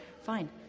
fine